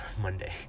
Monday